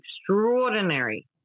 extraordinary